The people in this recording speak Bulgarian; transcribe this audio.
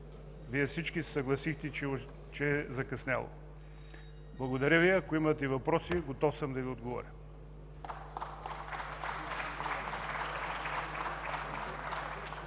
Вие всички се съгласихте, че е закъсняло. Благодаря Ви. Ако имате въпроси, готов съм да Ви отговоря.